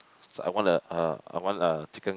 I want a a I want a chicken